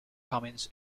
cummins